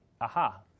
aha